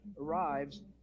arrives